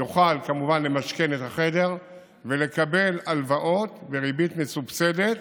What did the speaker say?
יוכל כמובן למשכן את החדר ולקבל הלוואות בריבית מסובסדת,